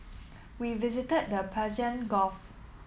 we visited the Persian Gulf